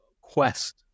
quest